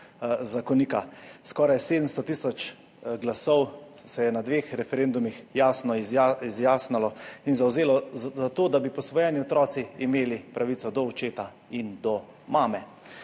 zakonika. Skoraj 700 tisoč glasov se je na dveh referendumih jasno izjasnilo in zavzelo za to, da bi posvojeni otroci imeli pravico do očeta in do mame.